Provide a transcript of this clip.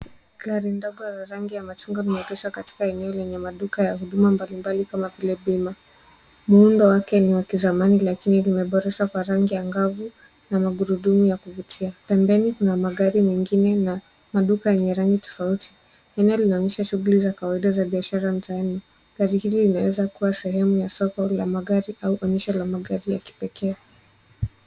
Gari ndogo lenye rangi ya machungwa na minakisho, inayoonekana kuwa na maduka ya huduma mbalimbali kama vile maduka ya mabasi. Majengo yake ni ya zamani lakini yameboreshwa kwa rangi angavu na magurudumu ya kujitia. Kwenye barabara kuna magari na pikipiki, pamoja na maduka ya rangi tofauti. Nami ninaangalia mwendo wa trafiki na shughuli za biashara za kibiashara. Mandhari hii inaonesha sura ya soko la magari au eneo la maonyesho ya magari ya kipekee